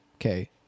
okay